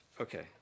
Okay